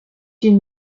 une